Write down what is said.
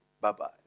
Bye-bye